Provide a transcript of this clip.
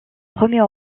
premier